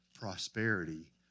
prosperity